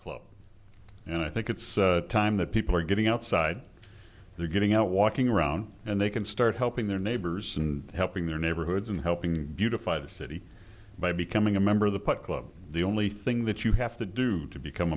club and i think it's time that people are getting outside they're getting out walking around and they can start helping their neighbors and helping their neighborhoods and helping beautify the city by becoming a member of the put club the only thing that you have to do to become